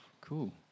Cool